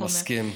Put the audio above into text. מסכים.